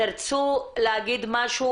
תרצו להגיד משהו,